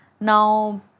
Now